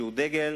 שהוא דגל